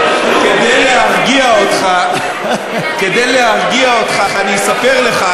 כדי להרגיע אותך, כדי להרגיע אותך אני אספר לך